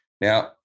Now